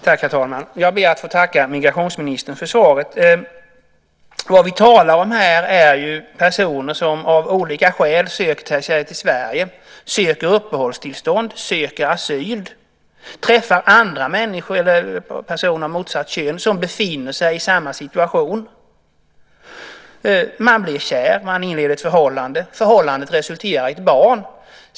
Herr talman! Jag ber att få tacka migrationsministern för svaret. Det vi talar om här är ju personer som av olika skäl sökt sig till Sverige. De söker uppehållstillstånd. De söker asyl. De träffar personer av motsatt kön som befinner sig i samma situation. Man blir kär. Man inleder ett förhållande. Förhållandet resulterar i ett barn.